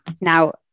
Now